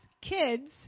kids